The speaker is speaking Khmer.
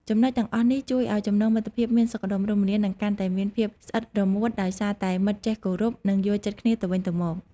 ចំណុចទាំងអស់នេះ ជួយឱ្យចំណងមិត្តភាពមានសុខដុមរមនា និងកាន់តែមានភាពស្អិតរមួត ដោយសារតែមិត្តចេះគោរព និងយល់ចិត្តគ្នាទៅវិញទៅមក។